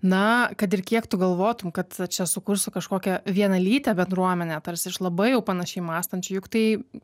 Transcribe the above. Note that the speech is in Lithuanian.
na kad ir kiek tu galvotum kad čia sukursiu kažkokią vienalytę bendruomenę tarsi iš labai jau panašiai mąstančių juk tai